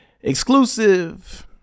exclusive